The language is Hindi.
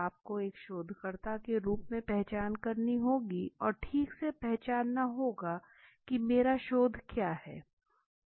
आपको एक शोधकर्ता के रूप में पहचान करनी होगी और ठीक से पहचानना होगा कि मेरा शोध क्या है